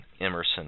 Emerson